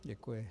Děkuji.